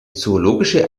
zoologische